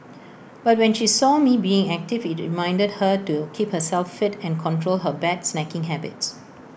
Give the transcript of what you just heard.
but when she saw me being active IT reminded her to keep herself fit and control her bad snacking habits